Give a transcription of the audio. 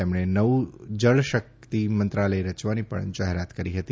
તેમણે નવું જળશેક્ત મંત્રાલય રચવાની પણ જાહેરાત કરી હતી